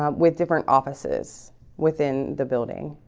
um with different offices within the building